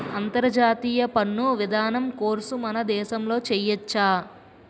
అంతర్జాతీయ పన్ను విధానం కోర్సు మన దేశంలో చెయ్యొచ్చా